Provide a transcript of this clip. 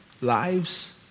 lives